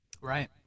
Right